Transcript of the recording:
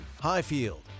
Highfield